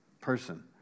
person